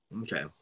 Okay